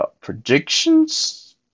predictions